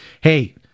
hey